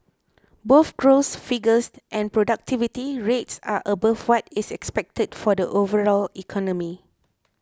both growth figures and productivity rates are above what is expected for the overall economy